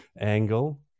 angle